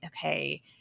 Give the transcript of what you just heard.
okay